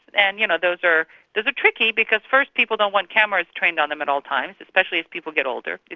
and you know those are those are tricky because, first, people don't want cameras trained on them at all times, especially as people get older.